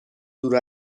دور